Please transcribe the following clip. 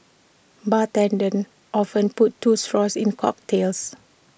bartenders often put two straws in cocktails